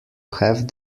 have